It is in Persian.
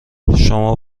شما